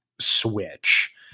switch